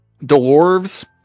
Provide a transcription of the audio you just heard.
dwarves